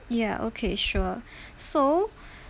ya okay sure so